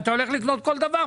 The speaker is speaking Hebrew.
אתה הולך לקנות כל דבר,